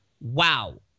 wow